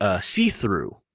see-through